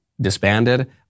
disbanded